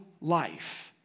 life